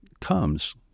comes